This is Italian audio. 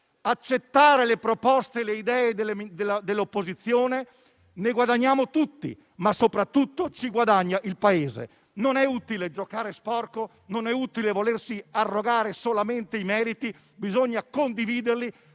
accettare le proposte e le idee dell'opposizione, ne guadagniamo tutti, ma soprattutto il Paese. Non è utile giocare sporco; non è utile volersi arrogare solamente i meriti; bisogna condividerli,